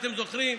אתם זוכרים,